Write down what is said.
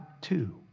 two